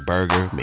Burger